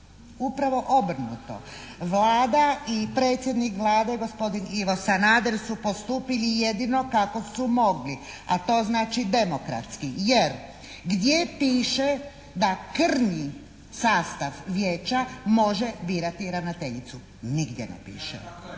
upravo obrnuto. Vlada i predsjednik Vlade, gospodin Ivo Sanader su postupili jedino kako su mogli, a to znači demokratski. Jer gdje piše da krnji sastav Vijeća može birati ravnateljicu? Nigdje ne piše.